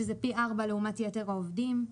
שזה פי ארבעה לעומת יתר העובדים.